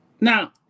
Now